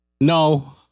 No